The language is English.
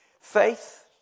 Faith